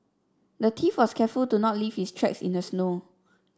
the thief was careful to not leave his tracks in the snow